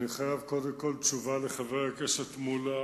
אני חייב קודם כול תשובה לחבר הכנסת מולה